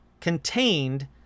contained